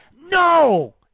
no